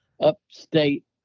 upstate